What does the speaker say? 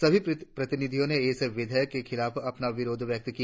सभी प्रतिनिधियों ने इस विधायक के खिलाफ अपना विरोध व्यक्त किया